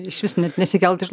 išvis net nesikelt iš